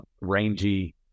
rangy